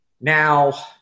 Now